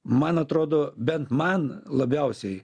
man atrodo bent man labiausiai